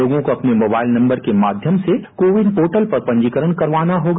लोगों को अपने मोबाइल नम्बर में माध्यम से कोविन पोर्टल पर पंजीकरण करवाना होगा